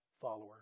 follower